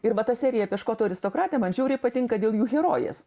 ir va ta serija apie škotų aristokratę man žiauriai patinka dėl jų herojės